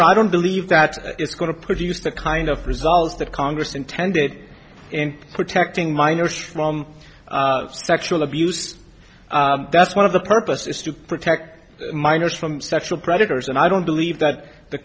or i don't believe that it's going to produce the kind of results that congress intended in protecting minors from sexual abuse that's one of the purpose is to protect minors from sexual predators and i don't believe that the